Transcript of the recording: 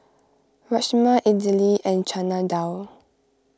Rajma Idili and Chana Dal